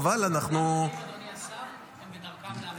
חבל, אנחנו --- אדוני השר, הם בדרכם למליאה.